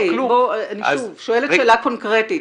אני שוב שואלת שאלה קונקרטית.